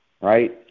right